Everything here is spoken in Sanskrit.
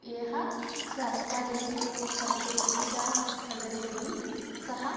यः शास्त्राध्ययनं कर्तुं इच्छा प्रकटयति सः